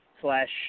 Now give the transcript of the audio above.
slash